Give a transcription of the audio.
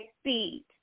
speed